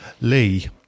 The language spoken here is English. Lee